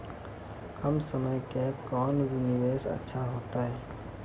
कम समय के कोंन निवेश अच्छा होइतै?